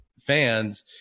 fans